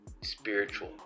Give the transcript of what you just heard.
spiritual